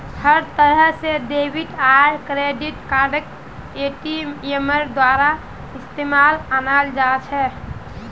हर तरह से डेबिट आर क्रेडिट कार्डक एटीएमेर द्वारा इस्तेमालत अनाल जा छे